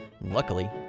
Luckily